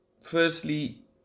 Firstly